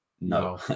no